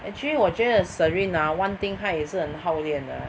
actually 我觉得 Serene ah one thing 她也是很 hao lian 的